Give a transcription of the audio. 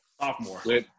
Sophomore